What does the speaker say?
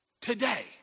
Today